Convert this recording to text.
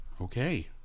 okay